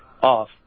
off